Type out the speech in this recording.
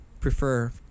prefer